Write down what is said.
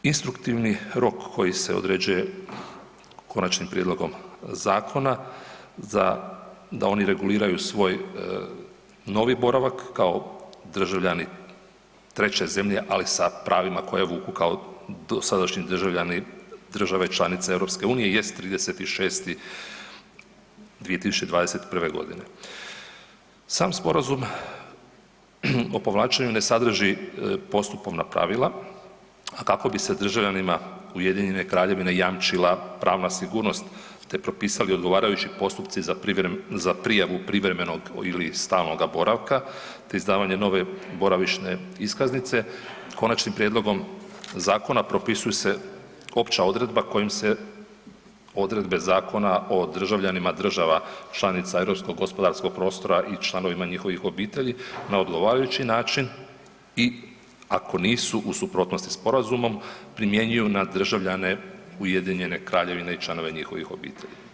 Instruktivni rok koji se određuje konačnim prijedlogom zakona za, da oni reguliraju svoj novi boravak kao državljani treće zemlje, ali sa pravima koje vuku kao sadašnji državljani države članice EU jest 30.6.2021.g. Sam sporazum o povlačenju ne sadrži postupovna pravila, a kako bi se državljanima Ujedinjene Kraljevine jamčila pravna sigurnost, te propisali odgovarajući postupci za prijavu privremenog ili stalnoga boravka, te izdavanje nove boravišne iskaznice, konačnim prijedlogom zakona propisuju se opća odredba kojom se odredbe Zakona o državljanima država članica Europskog gospodarskog prostora i članovima njihovih obitelji na odgovarajući način i ako nisu u suprotnosti s sporazumom, primjenjuju na državljane Ujedinjene Kraljevine i članove njihovih obitelji.